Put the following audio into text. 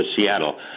Seattle